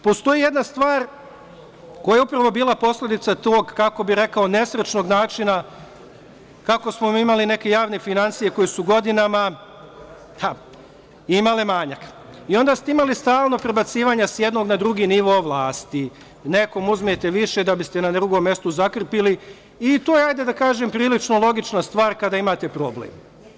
Postoji jedna stvar koja je upravo bila posledica tog, kako bih rekao, nesrećnog načina, kako smo mi imali neke javne finansije koje su godinama imale manjak i onda ste imali stalno prebacivanja sa jednog na drugi nivo vlasti, nekom uzmete više da biste na drugom mestu zakrpili i to je prilično logična stvar kada imate problem.